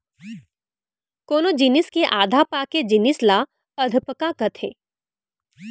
कोनो जिनिस के आधा पाके जिनिस ल अधपका कथें